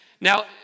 Now